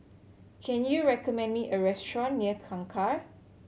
can you recommend me a restaurant near Kangkar